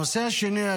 הנושא השני,